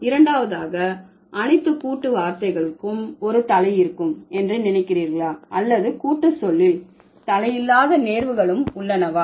இரண்டாவதாக அனைத்து கூட்டு வார்த்தைகளும் ஒரு தலை இருக்கும் என்று நினைக்கிறீர்களா அல்லது கூட்டு சொல்லில் தலை இல்லாத நேர்வுகளும் உள்ளனவா